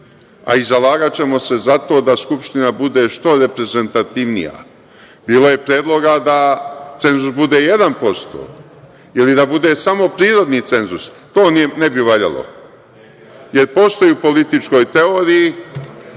a i zalagaćemo se za to da Skupština bude što reprezentativnija. Bilo je predloga da cenzus bude 1% ili da bude samo prirodni cenzus, to ne bi valjalo, jer postoji u političkoj teoriji